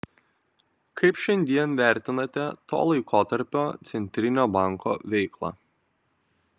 kaip šiandien vertinate to laikotarpio centrinio banko veiklą